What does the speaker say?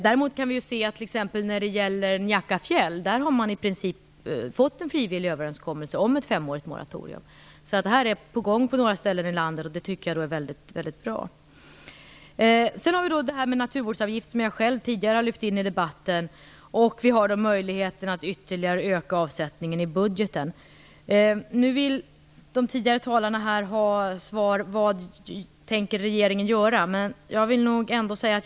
För Njakafjäll har man däremot i princip fått en frivillig överenskommelse om ett femårigt moratorium. Detta är alltså på gång på några ställen i landet, och det tycker jag är väldigt bra. Frågan om en naturvårdsavgift har jag själv tidigare tagit upp i debatten. Vi har också möjligheten att ytterligare öka avsättningen i budgeten. De tidigare talarna vill ha svar på frågorna vad regeringen tänker göra.